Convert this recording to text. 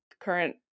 current